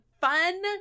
fun